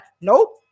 nope